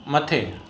मथे